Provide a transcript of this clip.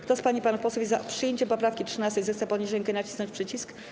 Kto z pań i panów posłów jest za przyjęciem poprawki 13., zechce podnieść rękę i nacisnąć przycisk.